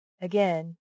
Again